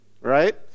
right